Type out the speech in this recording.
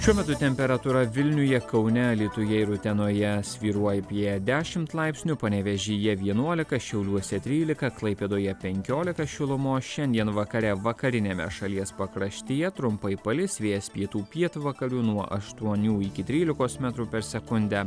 šiuo metu temperatūra vilniuje kaune alytuje ir utenoje svyruoja apie dešimt laipsnių panevėžyje vienuolika šiauliuose trylika klaipėdoje penkiolika šilumos šiandien vakare vakariniame šalies pakraštyje trumpai palis vėjas pietų pietvakarių nuo aštuonių iki trylikos metrų per sekundę